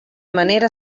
manera